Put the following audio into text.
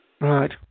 Right